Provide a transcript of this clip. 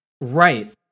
right